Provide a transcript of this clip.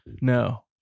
No